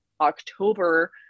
October